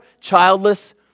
childless